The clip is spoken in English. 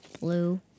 Blue